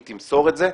היא תמסור את זה,